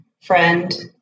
friend